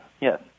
Yes